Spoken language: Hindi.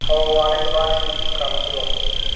हओ आने के बाद ही काम शुरुआत करते हैं